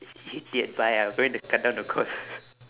idiot bye I'm going to cut down the cord